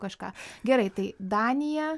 kažką gerai tai danija